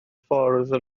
ffordd